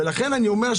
לכן אני אומר,